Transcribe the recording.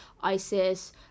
ISIS